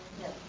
Yes